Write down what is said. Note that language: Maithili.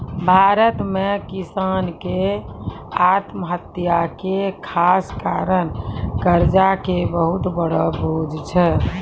भारत मॅ किसान के आत्महत्या के खास कारण कर्जा के बहुत बड़ो बोझ छै